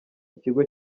ikigo